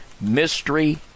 Mystery